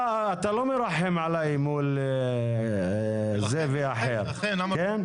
אתה לא מרחם עליי מול זה ואחר, כן?